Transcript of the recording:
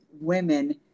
women